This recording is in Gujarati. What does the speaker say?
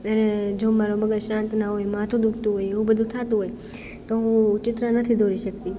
એ જો મારું મગજ શાંત ના હોય માથું દુખતું હોય એવું બધુ થાતું હોય તો હું ચિત્ર નથી દોરી શકતી